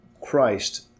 Christ